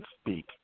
speak